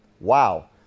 Wow